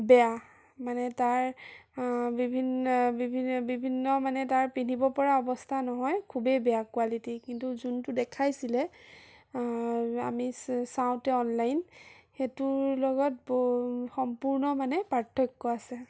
বেয়া মানে তাৰ বিভিন্ন বিভিন্ন বিভিন্ন মানে তাৰ পিন্ধিব পৰা অৱস্থা নহয় খুবেই বেয়া কুৱালিটি কিন্তু যোনটো দেখাইছিলে আমি চা চাওঁতে অনলাইন সেইটোৰ লগত সম্পূৰ্ণ মানে পাৰ্থক্য আছে